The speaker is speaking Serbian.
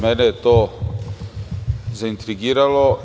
Mene je to zaintrigiralo.